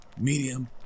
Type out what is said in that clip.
medium